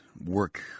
work